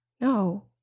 no